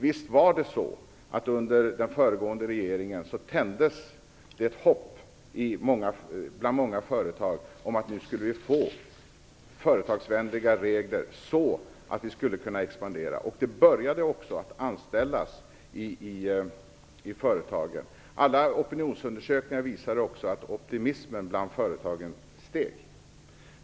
Visst tändes det under den föregående regeringens tid ett hopp bland många företag om att det skulle bli företagsvänliga regler så att man skulle kunna expandera. Det började anställas i företagen. Alla opinionsundersökningar visade också att optimismen bland företagen steg.